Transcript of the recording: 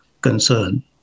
concern